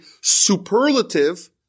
superlative